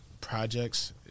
projects